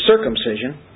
circumcision